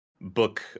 book